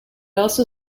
also